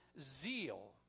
zeal